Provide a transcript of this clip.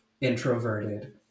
introverted